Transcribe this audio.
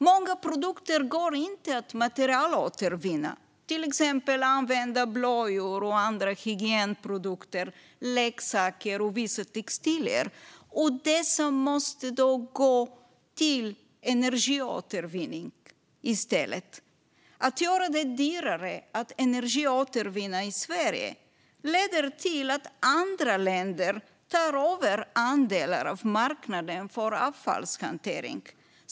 Många produkter går inte att materialåtervinna, till exempel använda blöjor och andra hygienprodukter, leksaker och vissa textilier. Dessa måste då i stället gå till energiåtervinning. Att göra det dyrare att energiåtervinna i Sverige leder till att andra länder tar över andelar av marknaden för avfallshantering.